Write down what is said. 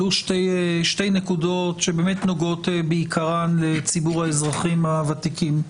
עלו שתי נקודות שנוגעות בעיקרן לציבור האזרחים הוותיקים.